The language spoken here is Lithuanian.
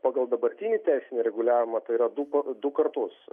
pagal dabartinį teisinį reguliavimą tai yra du du kartus